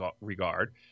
regard